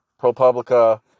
ProPublica